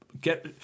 get